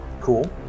Cool